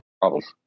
problems